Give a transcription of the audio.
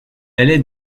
allait